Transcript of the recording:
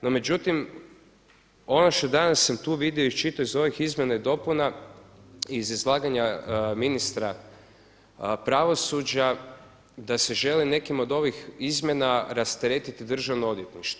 No međutim, ono što danas sam tu vidio i iščitao iz ovih izmjena i dopuna, iz izlaganja ministra pravosuđa da se želi nekima od ovih izmjena rasteretiti državno odvjetništvo.